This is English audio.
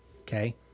Okay